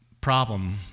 problem